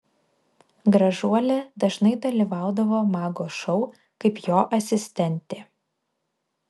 gražuolė dažnai dalyvaudavo mago šou kaip jo asistentė